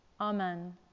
Amen